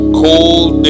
cold